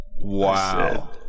Wow